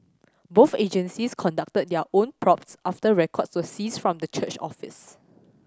both agencies conducted their own probes after records were seized from the church office